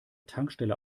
tankstelle